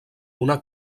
una